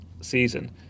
season